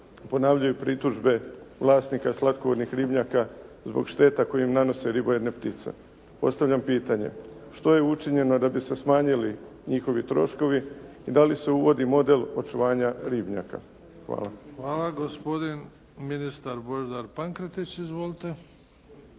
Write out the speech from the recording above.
ponavljaju pritužbe vlasnika slatkovodnih ribnjaka zbog šteta koje im nanose ribojedne ptice. Postavljam pitanje. Što je učinjeno da bi se smanjili njihovi troškovi i da li se uvodi model očuvanja ribnjaka? Hvala. **Bebić, Luka (HDZ)** Hvala. Gospodin ministar Božidar Pankretić. Izvolite.